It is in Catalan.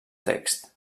text